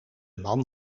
man